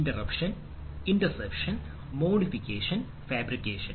interruption interception modification fabrication